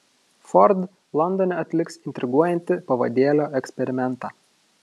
ford londone atliks intriguojantį pavadėlio eksperimentą